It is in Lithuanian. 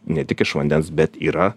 ne tik iš vandens bet yra